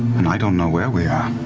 and i don't know where we are.